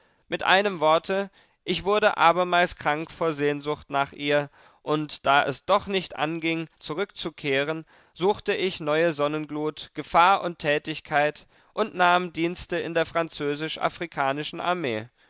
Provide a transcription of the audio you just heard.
mit einem worte ich wurde abermals krank vor sehnsucht nach ihr und da es doch nicht anging zurückzukehren suchte ich neue sonnenglut gefahr und tätigkeit und nahm dienste in der französisch afrikanischen armee